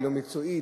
לא מקצועית.